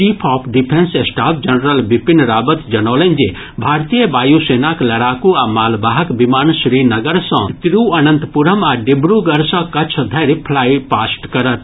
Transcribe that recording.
chief of defence staff general Bipin Rawat जनौलनि जे भारतीय वायु सेनाक लड़ाकू आ मालवाहक विमान श्रीनगर सँ तिरूअनंतपुरम आ डिब्रूगढ़ सँ कच्छ धरि फ्लाई पास्ट करत